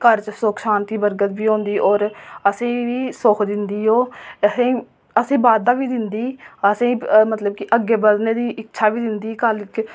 घर बिच सुख शांति ते बरकत बी होंदी होर असें ई बी सुख दिंदी ओह् असें ई बाद्धा बी दिंदी असेंगी मतलब की अग्गें बधने दी इच्छा बी दिंदी